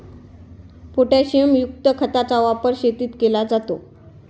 पोटॅशियमयुक्त खताचा वापर शेतीत केला जातो